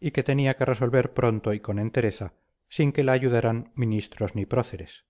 y que tenía que resolver pronto y con entereza sin que la ayudaran ministros ni próceres